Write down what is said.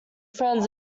friends